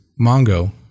Mongo